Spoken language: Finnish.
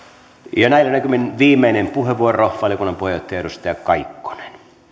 ja näillä näkymin viimeinen puheenvuoro valiokunnan puheenjohtaja edustaja kaikkonen